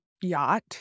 yacht